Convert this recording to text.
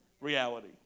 reality